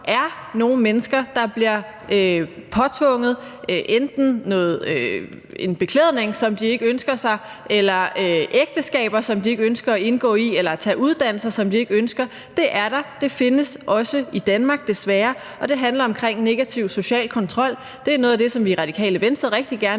er nogle mennesker, der bliver påtvunget enten en beklædning, som de ikke ønsker sig, eller ægteskaber, som de ikke ønsker at indgå i, eller uddannelser, som de ikke ønsker at tage. Det er der, og det findes også i Danmark, desværre. Og det handler om negativ social kontrol. Det er noget af det, som vi i Radikale Venstre rigtig gerne